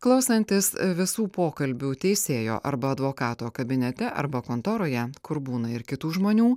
klausantis visų pokalbių teisėjo arba advokato kabinete arba kontoroje kur būna ir kitų žmonių